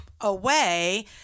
away